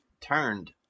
turned